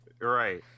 Right